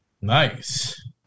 Nice